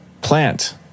plant